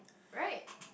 right